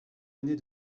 aînée